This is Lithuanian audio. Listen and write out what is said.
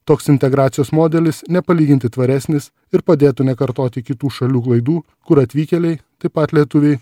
toks integracijos modelis nepalyginti tvaresnis ir padėtų nekartoti kitų šalių klaidų kur atvykėliai taip pat lietuviai